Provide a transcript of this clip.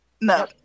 No